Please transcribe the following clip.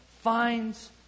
finds